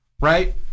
right